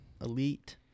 elite